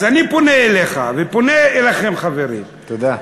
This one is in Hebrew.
אז אני פונה אליך ופונה אליכם, חברים, תודה.